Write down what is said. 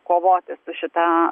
kovoti su šita